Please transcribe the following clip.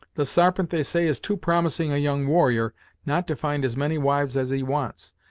the sarpent they say is too promising a young warrior not to find as many wives as he wants,